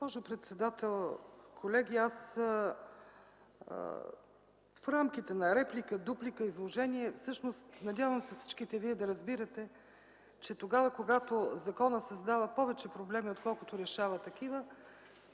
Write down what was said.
Госпожо председател, колеги, в рамките на реплика, дуплика, изложение всъщност се надявам всички вие да разбирате, че тогава, когато законът създава повече проблеми, отколкото решава такива,